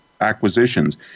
acquisitions